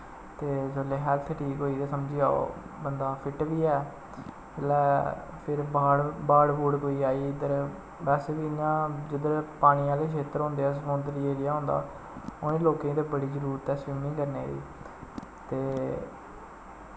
ते जेल्लै हैल्थ ठीक होई ते समझी लैओ बंदा फिट्ट बी ऐ जेल्लै फिर बाड़ बाड़ बूड़ कोई आई इद्धर बस फ्ही इयां जिद्धर पानी आह्ले खेत्तर होंदे ऐ समुन्दरी एरिया होंंदा उ'नें लोकें गी ते बड़ी जरूरत ऐ स्विमिग करने दी ते